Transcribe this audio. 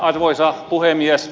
arvoisa puhemies